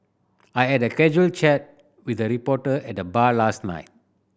I had a casual chat with a reporter at the bar last night